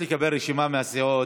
אבקש לקבל רשימה מהסיעות.